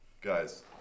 guys